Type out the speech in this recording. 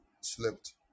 slept